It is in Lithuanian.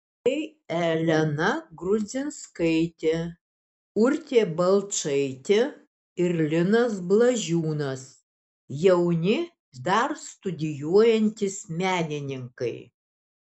tai elena grudzinskaitė urtė balčaitė ir linas blažiūnas jauni dar studijuojantys menininkai